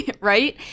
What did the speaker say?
right